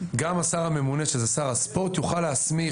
וגם השר הממונה, שר הספורט, יוכל להסמיך